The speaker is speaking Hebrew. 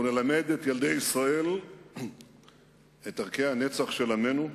אנחנו נלמד את ילדי ישראל את ערכי הנצח של עמנו,